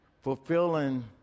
fulfilling